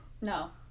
No